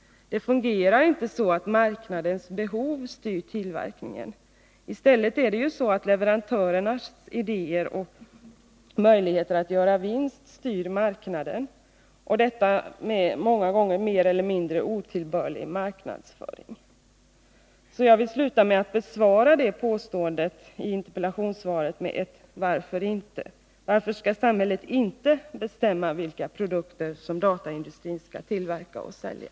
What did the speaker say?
Marknadens behov styr inte tillverkningen. I stället är det leverantörernas idéer och möjligheter att göra sig en vinst som styr marknaden, detta med ofta mer eller mindre otillbörlig marknadsföring. Därför vill jag sluta med att besvara påståendet i interpellationssvaret med ett ”varför inte?”. Varför skall samhället inte bestämma vilka produkter som dataindustrin bör tillverka och sälja?